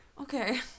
Okay